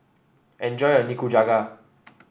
enjoy your Nikujaga